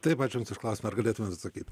taip ačiū jums už klausimą ar galėtumėt atsakyt